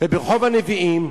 וברחוב הנביאים,